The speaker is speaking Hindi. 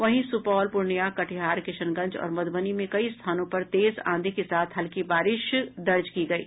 वहीं सुपौल पूर्णिया कटिहार किशनगंज और मधुबनी में कई स्थानों पर तेज आंधी के साथ हल्की बारिश दर्ज की गयी